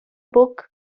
book